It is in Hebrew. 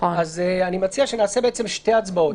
אז אני מציע שנעשה בעצם שתי הצבעות.